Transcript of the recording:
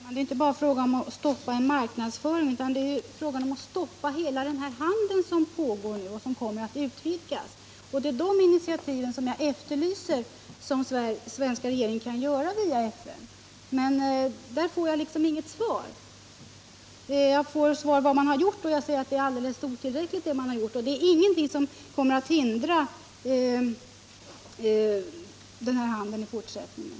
Herr talman! Det är inte bara fråga om att stoppa en marknadsföring, utan det är fråga om att stoppa hela den handel som nu pågår och som kommer att utvidgas. Jag efterlyser de initiativ som den svenska regeringen kan ta via FN, men jag får liksom inget svar. Fru Troedsson talar om vad man har gjort, men jag anser att det är alldeles otillräckligt och inte någonting som kommer att hindra den här handeln i fortsättningen.